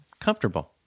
Comfortable